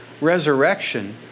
resurrection